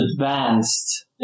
advanced